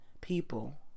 people